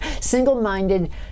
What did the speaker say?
single-minded